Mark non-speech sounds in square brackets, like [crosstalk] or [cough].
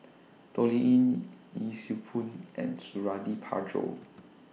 Toh Liying [noise] Yee Siew Pun and Suradi Parjo